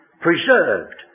preserved